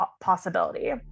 possibility